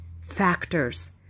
factors